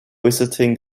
visiting